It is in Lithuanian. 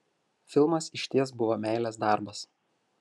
filmas išties buvo meilės darbas